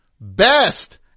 Best